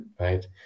right